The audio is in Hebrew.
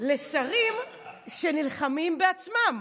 לשרים שנלחמים בעצמם.